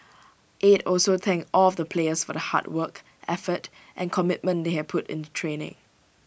aide also thanked all of the players for the hard work effort and commitment they had put into training